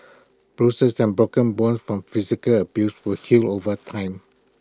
bruises and broken bones from physical abuse will heal over time